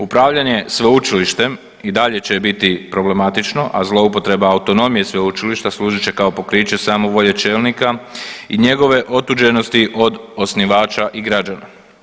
Upravljanje sveučilištem i dalje će biti problematično, a zloupotreba autonomije sveučilišta služit će kao pokriće samovolje čelnika i njegove otuđenosti od osnivača i građana.